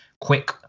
quick